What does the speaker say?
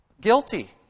guilty